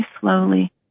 slowly